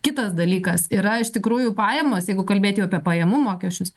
kitas dalykas yra iš tikrųjų pajamos jeigu kalbėt jau apie pajamų mokesčius